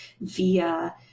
via